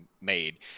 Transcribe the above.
made